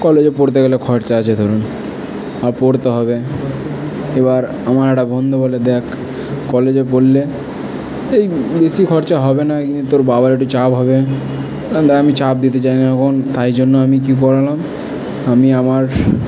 কলেজে পড়তে গেলে খরচা আছে ধরুন আর পড়তে হবে এবার আমার একটা বন্ধু বলে দেখ কলেজে পড়লে এই বেশি খরচা হবে না তোর বাবার একটু চাপ হবে আমি চাপ দিতে চাই না এখন তাই জন্য আমি কি করলাম আমি আমার